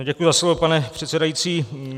Děkuji za slovo, pane předsedající.